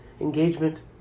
engagement